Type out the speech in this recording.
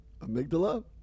Amygdala